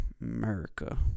America